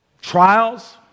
Trials